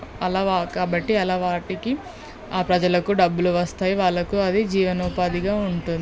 అలా వాక కాబట్టి అలా వాటికి ఆ ప్రజలకు డబ్బులు వస్తాయి వాళ్ళకు అది జీవనోపాధిగా ఉంటుంది